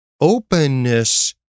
openness